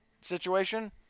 situation